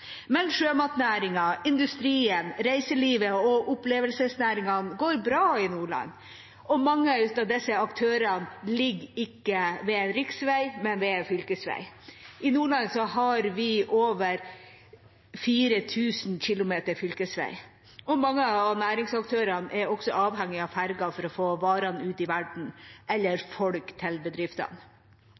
Men sjømatnæringen, industrien, reiselivet og opplevelsesnæringene går bra i Nordland, og mange av disse aktørene befinner seg ikke ved en riksvei, men ved en fylkesvei. I Nordland har vi over 4 000 km fylkesvei, og mange av næringsaktørene er også avhengige av ferjer for å få varene ut i verden eller folk til bedriftene.